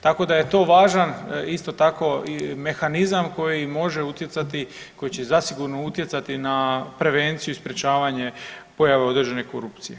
Tako da je to važan isto tako mehanizam koji može utjecati, koji će i zasigurno utjecati na prevenciju i sprječavanje pojava određene korupcije.